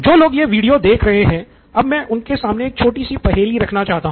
जो लोग यह वीडियो देख रहे हैं अब मैं उनके सामने एक छोटी सी पहेली रखना चाहता हूं